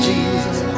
Jesus